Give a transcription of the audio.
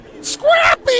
Scrappy